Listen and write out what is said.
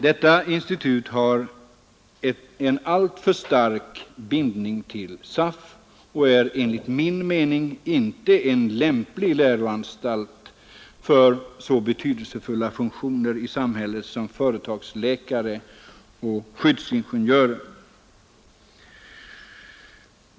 Detta institut har en alltför stark bindning till SAF och är enligt min mening inte en lämplig läroanstalt för så betydelsefulla funktioner i samhället som företagsläkare och skyddsingenjörer fullgör.